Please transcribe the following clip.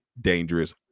dangerous